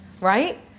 right